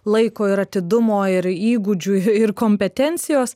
laiko ir atidumo ir įgūdžių ir kompetencijos